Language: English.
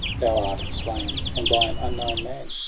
thou art slain, and by an unknown man!